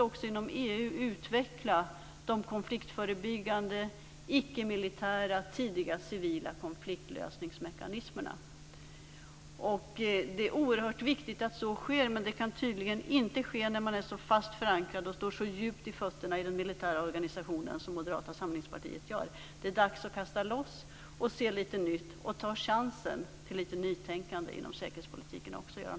Det gäller att utveckla de konfliktförebyggande icke-militära tidiga civila konfliktlösningsmekanismerna. Det är oerhört viktigt att så sker. Det kan tydligen inte ske när man är så fast förankrad och står så djupt med fötterna i den militära organisationen som Moderata samlingspartiet gör. Det är dags att kasta loss och ta chansen till lite nytänkande inom säkerhetspolitiken, Göran